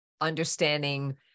understanding